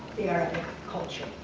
their culture.